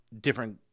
different